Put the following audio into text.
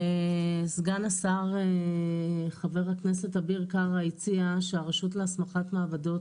סגן השר חבר הכנסת אביר קארה הציע שהרשות להסמכת מעבדות